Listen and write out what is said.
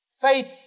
Faith